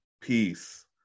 peace